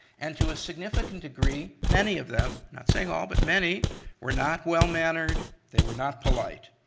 and to a significant degree, many of them, not saying all, but many were not well-mannered. they were not polite.